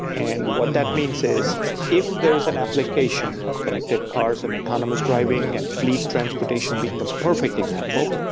and what that means is if there's an application, connected cars and autonomous driving and fleet transportation being the perfect example,